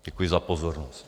Děkuji za pozornost.